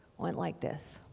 went like this.